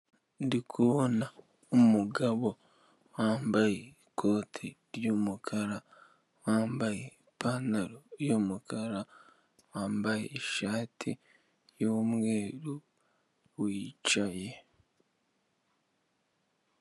Ndikubona umugabo wambaye ikote ry'umukara, wambaye ipantaro y'umukara, wambaye ishati y'umweru, wicaye.